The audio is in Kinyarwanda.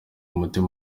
umutima